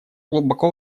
глубоко